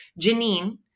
Janine